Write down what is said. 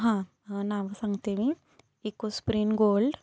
हां हं नावं सांगते मी इकोस्प्रिन गोल्ड